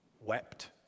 wept